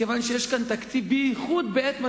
מכיוון שיש כאן תקציב, בייחוד בעת משבר,